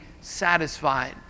satisfied